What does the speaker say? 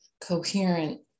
coherent